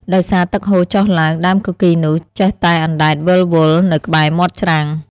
ដោយសារទឹកហូរចុះឡើង ដើមគគីរនោះចេះតែអណ្តែតវិលវល់នៅក្បែរមាត់ច្រាំង។